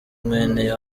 mwene